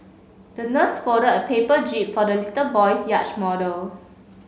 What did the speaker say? the nurse folded a paper jib for the little boy's yacht model